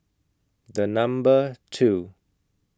The Number two